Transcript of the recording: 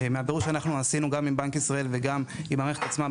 מהבירור שאנחנו עשינו גם עם בנק ישראל וגם עם המערכת עצמה,